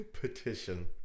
petition